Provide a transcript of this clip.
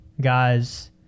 guys